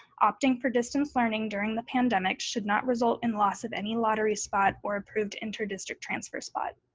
opting for distance learning during the pandemic should not result in loss of any lottery spot or approved inter district transfer spot.